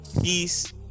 Peace